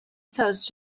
first